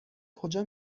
کجا